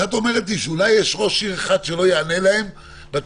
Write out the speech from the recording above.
אז את אומרת לי שאולי יש ראש עיר אחד שלא יענה להם בטלפון,